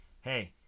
hey